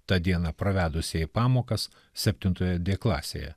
tą dieną pravedusieji pamokas septintoje dė klasėje